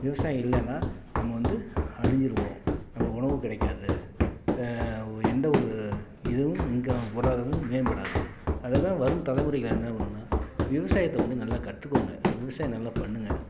விவசாயம் இல்லைனா நம்ம வந்து அழிஞ்சிருவோம் நம்மளுக்கு உணவு கிடைக்காது ச எந்த ஒரு இதுவும் பொருளாதாரமும் மேம்படாது அதுக்கு தான் வரும் தலைமுறைகள் என்ன பண்ணுன்னா விவசாயத்தை வந்து நல்லா கற்றுக்கோங்க விவசாயம் நல்லா பண்ணுங்கள்